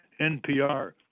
NPR